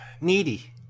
needy